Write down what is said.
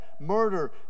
murder